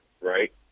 Right